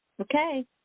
Okay